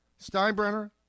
Steinbrenner